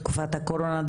בתקופת הקורונה.